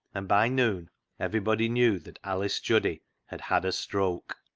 and by noon everybody knew that alice juddy had had a stroke.